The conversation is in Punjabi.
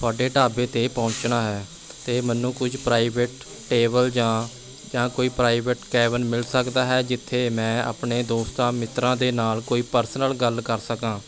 ਤੁਹਾਡੇ ਢਾਬੇ 'ਤੇ ਪਹੁੰਚਣਾ ਹੈ ਅਤੇ ਮੈਨੂੰ ਕੁਝ ਪ੍ਰਾਈਵੇਟ ਟੇਬਲ ਜਾਂ ਜਾਂ ਕੋਈ ਪ੍ਰਾਈਵੇਟ ਕੈਬਿਨ ਮਿਲ ਸਕਦਾ ਹੈ ਜਿੱਥੇ ਮੈਂ ਆਪਣੇ ਦੋਸਤਾਂ ਮਿੱਤਰਾਂ ਦੇ ਨਾਲ ਕੋਈ ਪਰਸਨਲ ਗੱਲ ਕਰ ਸਕਾਂ